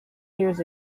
years